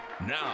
Now